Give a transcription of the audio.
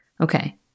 okay